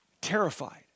Terrified